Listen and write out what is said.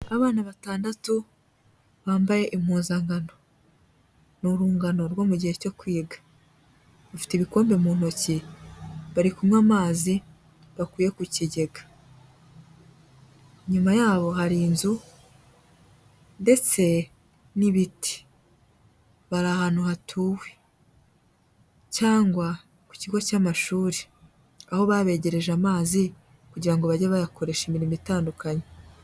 Abana batandatu bambaye impuzankano, ni urungano rwo mu gihe cyo kwiga, bafite ibikombe mu ntoki bari kunywa amazi bakuye ku kigega, inyuma yabo hari inzu ndetse n'ibiti ahantu hatuwe cyangwa ku kigo cy'amashuri, aho babegereje amazi kugira ngo bajye bayakoresha imirimo itandukanye.